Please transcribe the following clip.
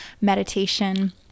meditation